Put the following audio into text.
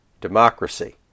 democracy